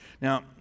Now